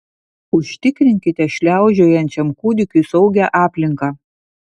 užtikrinkite šliaužiojančiam kūdikiui saugią aplinką